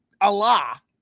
Allah